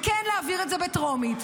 וכן להעביר את זה בטרומית?